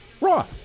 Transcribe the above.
Raw